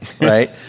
right